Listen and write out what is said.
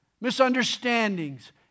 Misunderstandings